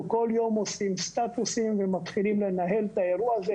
כל יום עושים סטטוסים ומתחילים לנהל את האירוע הזה,